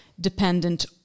dependent